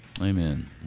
Amen